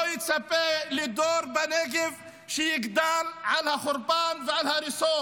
לא יצפה לדור בנגב שיגדל על חורבן ועל הריסות.